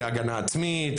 כהגנה עצמית,